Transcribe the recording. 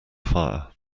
fire